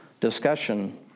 discussion